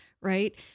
Right